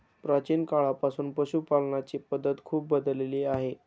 प्राचीन काळापासून पशुपालनाची पद्धत खूप बदलली आहे